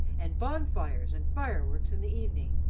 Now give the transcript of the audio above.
and bonfires and fire-works in the evening.